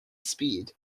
speed